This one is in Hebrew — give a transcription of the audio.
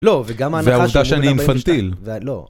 לא, וגם ההנחה שגורמת... והעובדה שאני אינפנטיל. לא.